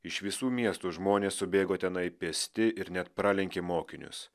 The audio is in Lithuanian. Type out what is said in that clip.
iš visų miestų žmonės subėgo tenai pėsti ir net pralenkė mokinius